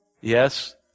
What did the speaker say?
Yes